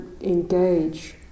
engage